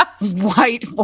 white